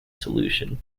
solution